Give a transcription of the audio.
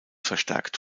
verstärkt